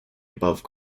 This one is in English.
above